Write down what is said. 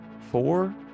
four